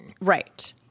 right